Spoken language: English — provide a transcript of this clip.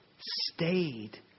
stayed